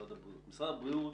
ממשרד הבריאות.